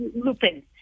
lupin